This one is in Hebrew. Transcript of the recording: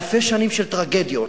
אלפי שנים של טרגדיות,